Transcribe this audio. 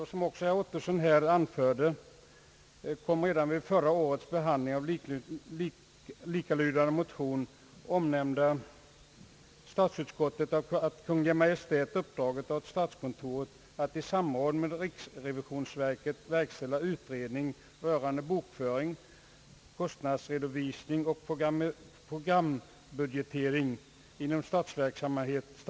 Såsom också herr Ottosson anförde här omnämnde statsutskottet redan vid förra årets behandling av en likalydande motion att Kungl. Maj:t uppdragit åt statsutskottet att i samband med riksrevisionsverket verkställa utredning rörande bokföring, kostnadsredovisning och programbudgetering inom statsverksamheten.